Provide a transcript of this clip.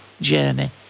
journey